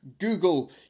google